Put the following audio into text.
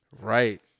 Right